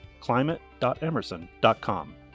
climate.emerson.com